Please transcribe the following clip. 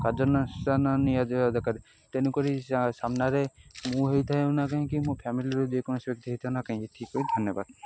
କାର୍ଯ୍ୟାନୁଷ୍ଠାନ ନିଆଯିବା ଦରକାରେ ତେଣୁକରି ସାମ୍ନାରେ ମୁଁ ହୋଇଥାଏ ନା କାହିଁକି ମୋ ଫ୍ୟାମିଲିରୁ ଯେକୌସି ବ୍ୟକ୍ତି ହୋଇଥାଉନା କାହିଁକି ଏତିକି କହି ଧନ୍ୟବାଦ